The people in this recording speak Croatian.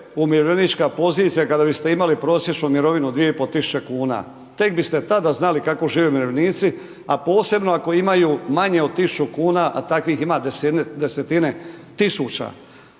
umirovljenička pozicija kada biste imali prosječnu mirovinu 2.500,00 kn, tek biste tada znali kako žive umirovljenici, a posebno ako imaju manje od 1.000,00 kn, a takvih ima desetine tisuća.